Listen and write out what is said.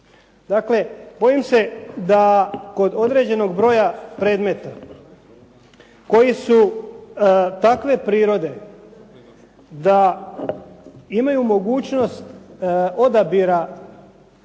Dakle, bojim se da kod određenog broja predmeta koji su takve prirode da imaju mogućnost odabira